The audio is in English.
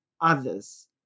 others